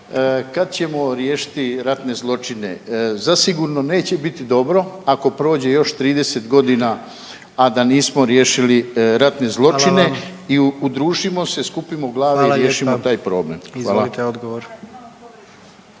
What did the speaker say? kad ćemo riješiti ratne zločine. Zasigurno neće biti dobro ako prođe još 30 godina, a da nismo riješili ratne zločine .../Upadica: Hvala vam./... i udružimo se, skupino glave i riješimo taj problem. .../Upadica: Hvala